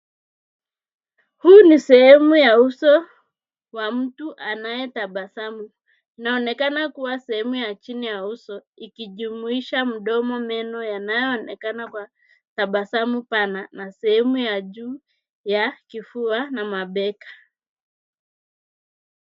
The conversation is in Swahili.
Huyu ni sehemu ya uso wa mtu anayetabasamu. Inaonekana kuwa sehemu ya chini ya uso, ikijumuisha mdomo, meno yanayoonekana kwa tabasamu pana na sehemu ya juu ya kifua na mabega.